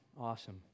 Awesome